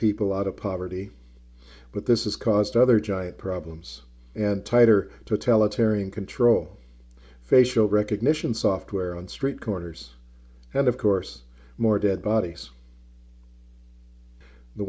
people out of poverty but this is caused other giant problems and tighter to tella tearing control facial recognition software on street corners and of course more dead bodies the